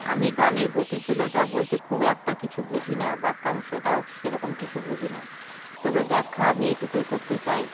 আমি গানের গতিশীলতা বলতে খুব একটা কিছু বুঝি না বাক্যাংশটাও সেরকম কিছু বুঝি না তবে ব্যাখ্যা আমি এটুকুই করতে চাই